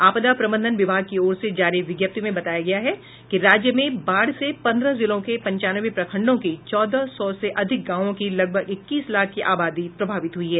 आपदा प्रबंधन विभाग की ओर से जारी विज्ञप्ति में बताया गया है कि राज्य में बाढ़ से पन्द्रह जिलों के पंचानवे प्रखंडों की चौदह सौ से अधिक गांवों की लगभग इक्कीस लाख की आबादी प्रभावित हुई है